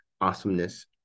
awesomeness